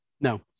No